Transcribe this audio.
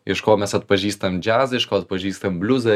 iš ko mes atpažįstam džiazą iš ko atpažįstam bliuzą